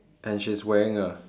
and she's wearing a